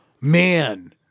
man